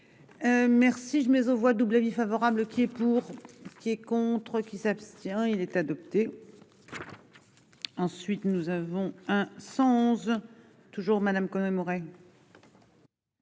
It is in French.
Merci je mets aux voix double avis favorable qui est pour. Qui est contre qui s'abstient il est adopté. Ensuite nous avons un 100. Toujours Madame quand